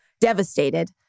Devastated